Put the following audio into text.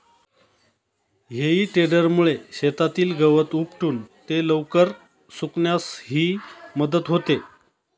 हेई टेडरमुळे शेतातील गवत उपटून ते लवकर सुकण्यासही मदत होते